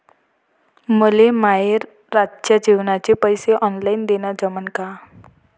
मले माये रातच्या जेवाचे पैसे ऑनलाईन देणं जमन का?